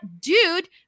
dude